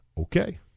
Okay